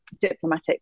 diplomatic